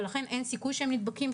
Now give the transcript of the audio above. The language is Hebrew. ולכן אין סיכוי שהם נדבקים.